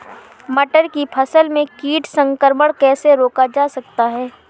मटर की फसल में कीट संक्रमण कैसे रोका जा सकता है?